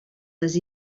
les